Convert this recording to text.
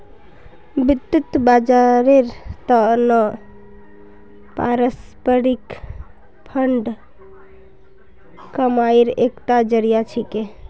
वित्त बाजारेर त न पारस्परिक फंड कमाईर एकता जरिया छिके